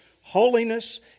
holiness